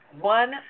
One